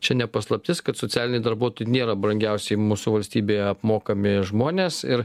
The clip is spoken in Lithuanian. čia ne paslaptis kad socialiniai darbuotojai nėra brangiausiai mūsų valstybėje apmokami žmonės ir